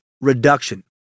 reduction